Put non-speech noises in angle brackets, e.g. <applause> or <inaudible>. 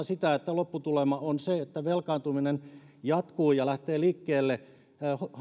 <unintelligible> sitä että lopputulema on se että velkaantuminen jatkuu ja lähtee liikkeelle